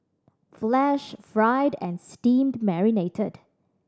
flash fried and steam marinated